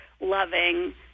loving